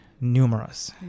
numerous